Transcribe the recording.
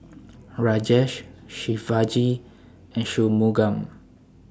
Rajesh Shivaji and Shunmugam